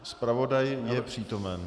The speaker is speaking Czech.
Zpravodaj je přítomen.